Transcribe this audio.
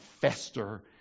fester